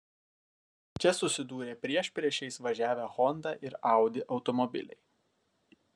čia susidūrė priešpriešiais važiavę honda ir audi automobiliai